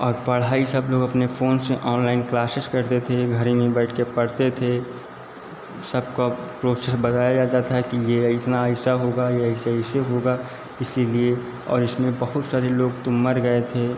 और पढ़ाई सब लोग अपने फोन से ऑनलाइन क्लासेस करते थे घर ही में बैठ के पढ़ते थे सबका प्रोसेस बताया जाता था कि ये इतना अइसा होगा ये आइसे इसे होगा इसीलिए और इसमें बहुत सारे लोग तो मर गए थे